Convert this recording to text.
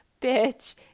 bitch